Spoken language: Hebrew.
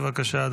תודה רבה,